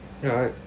yeah I